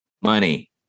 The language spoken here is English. Money